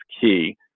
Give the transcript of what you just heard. key